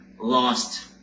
lost